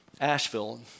Asheville